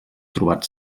trobat